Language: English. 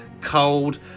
cold